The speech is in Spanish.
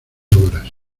obras